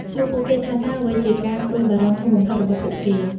សួរពួកគេថា តើអ្វីជាការព្រួយបារម្ភធំបំផុតរបស់ពួកគេ?